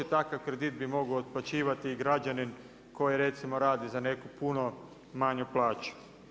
Takav kredit bi mogao otplaćivati i građanin koji recimo radi za neku puno manju plaću.